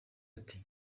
ati